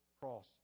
cross